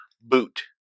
boot